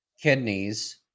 kidneys